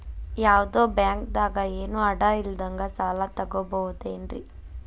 ಯಾವ್ದೋ ಬ್ಯಾಂಕ್ ದಾಗ ಏನು ಅಡ ಇಲ್ಲದಂಗ ಸಾಲ ತಗೋಬಹುದೇನ್ರಿ?